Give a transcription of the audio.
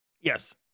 Yes